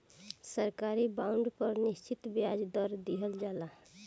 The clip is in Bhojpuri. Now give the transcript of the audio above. सरकारी बॉन्ड पर निश्चित ब्याज दर दीहल जाला